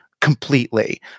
completely